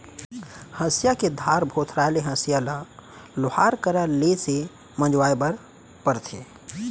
हँसिया के धार भोथराय ले हँसिया ल लोहार करा ले से मँजवाए बर परथे